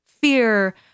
fear